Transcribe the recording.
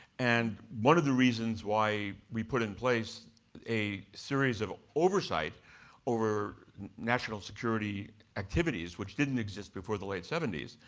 and one of the reasons why we put in place a series of oversight over national security activities, which didn't exist before the late seventy s,